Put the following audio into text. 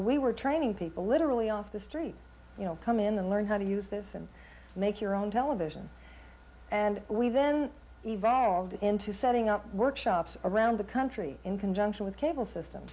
we were training people literally off the street you know come in and learn how to use this and make your own television and we then evolved into setting up workshops around the country in conjunction with cable system